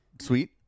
Sweet